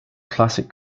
classic